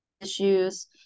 issues